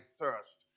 thirst